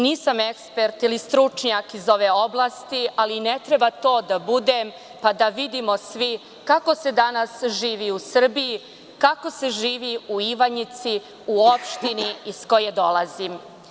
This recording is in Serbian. Nisam ekspert ili stručnjak iz ove oblast, ali ne treba to da bude, pa da vidimo svi kako se danas živi u Srbiji, kako se živi u Ivanjici, u opštini iz koje dolazim.